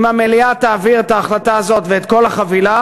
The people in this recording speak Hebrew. אם המליאה תעביר את ההחלטה הזאת ואת כל החבילה,